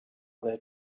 their